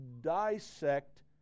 dissect